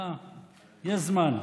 יש זמן.